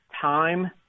time